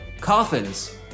coffins